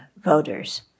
voters